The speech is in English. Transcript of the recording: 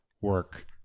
work